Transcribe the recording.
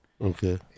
Okay